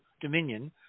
Dominion